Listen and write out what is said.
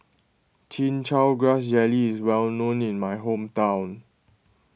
Chin Chow Grass Jelly is well known in my hometown